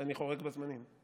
שאני חורג בזמנים.